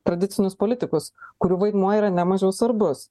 tradicinius politikus kurių vaidmuo yra ne mažiau svarbus